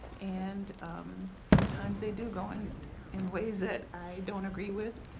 and sometimes they do go and in ways that i don't agree with.